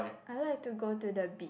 I like to go to the beach